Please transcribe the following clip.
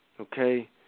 Okay